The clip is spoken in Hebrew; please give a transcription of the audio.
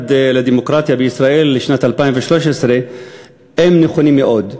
הדמוקרטיה בישראל לשנת 2013 הם נכונים מאוד.